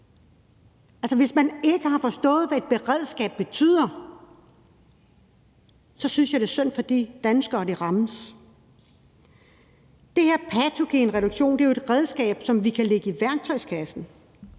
Altså, hvis man ikke har forstået, hvad et beredskab betyder, så synes jeg, det er synd for de danskere, som rammes. Den her patogenreduktion er jo et værktøj, som vi kan lægge i værktøjskassen,